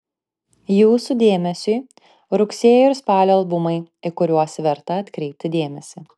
jūsų dėmesiui rugsėjo ir spalio albumai į kuriuos verta atkreipti dėmesį